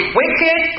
wicked